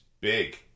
big